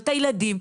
את הילדים,